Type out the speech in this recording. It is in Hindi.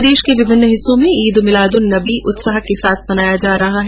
प्रदेश के विभिन्न हिस्सों में ईद मिलाद उन नबी उत्साह के साथ मनाया जा रहा है